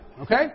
Okay